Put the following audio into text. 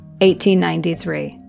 1893